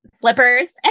slippers